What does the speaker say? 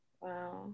Wow